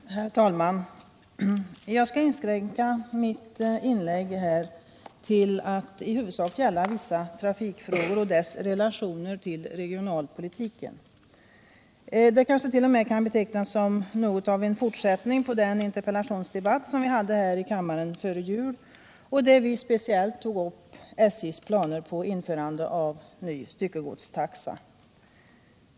Herr talman! Jag skall inskränka mitt inlägg här till att gälla vissa trafikfrågor och deras relationer till regionalpolitiken. Det kansket.o.m. kan betecknas som något av en fortsättning på den interpellationsdebatt vi hade här i kammaren före jul, och där vi speciellt tog upp SJ:s planer på införande av ny styckegodstaxa.